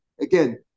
Again